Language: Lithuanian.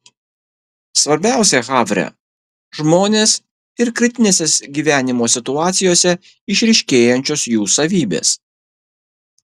svarbiausia havre žmonės ir kritinėse gyvenimo situacijose išryškėjančios jų savybės